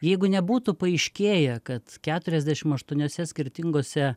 jeigu nebūtų paaiškėję kad keturiasdešim aštuoniose skirtingose